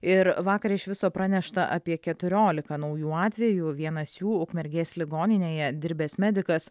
ir vakar iš viso pranešta apie keturiolika naujų atvejų vienas jų ukmergės ligoninėje dirbęs medikas